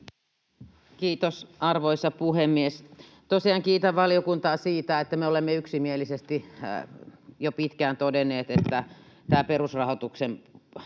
Kiitos, arvoisa puhemies! Tosiaan kiitän valiokuntaa siitä, että me olemme yksimielisesti jo pitkään todenneet, että tämä perusrahoituksen